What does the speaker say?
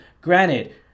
Granted